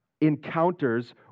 encounters